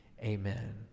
amen